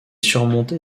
surmontée